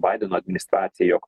baideno administracija